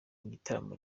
igitaramo